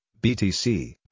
BTC